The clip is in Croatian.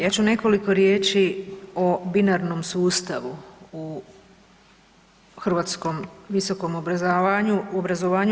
Ja ću nekoliko riječi o binarnom sustavu u hrvatskom visokom obrazovanju.